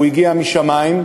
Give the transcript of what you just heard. הוא הגיע משמים,